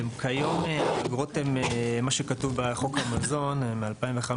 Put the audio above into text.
כיום, האגרות הן מה שכתוב בחוק המזון מ-2015,